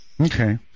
Okay